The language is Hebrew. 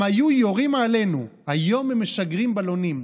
הם היו יורים עלינו, היום הם משגרים בלונים.